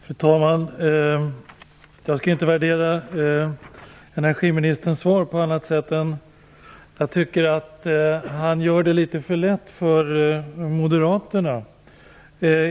Fru talman! Jag skall inte värdera energiministerns svar på annat sätt än att säga att jag tycker att han gör det litet för lätt för Moderaterna.